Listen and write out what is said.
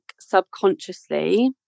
subconsciously